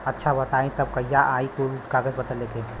अच्छा बताई तब कहिया आई कुल कागज पतर लेके?